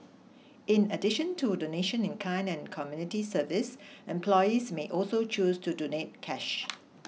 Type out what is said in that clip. in addition to donation in kind and community service employees may also choose to donate cash